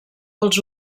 pels